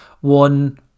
one